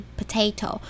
potato